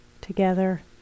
together